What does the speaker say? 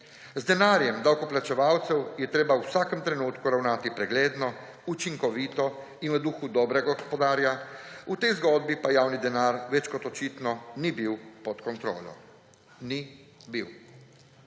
Z denarjem davkoplačevalcev je treba v vsakem trenutku ravnati pregledno, učinkovito in v duhu dobrega gospodarja, v tej zgodbi pa javni denar več kot očitno ni bil pod kontrolo. Ni bil.